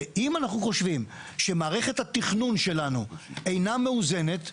ואם אנחנו חושבים שמערכת התכנון שלנו אינה מאוזנת,